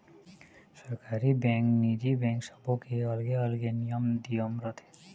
सरकारी बेंक, निजी बेंक सबो के अलगे अलगे नियम धियम रथे